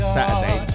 Saturday